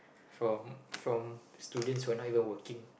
from from students who are not even working